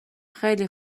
خیلی